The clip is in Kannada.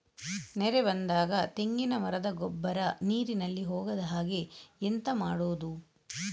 ನೆರೆ ಬಂದಾಗ ತೆಂಗಿನ ಮರದ ಗೊಬ್ಬರ ನೀರಿನಲ್ಲಿ ಹೋಗದ ಹಾಗೆ ಎಂತ ಮಾಡೋದು?